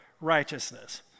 righteousness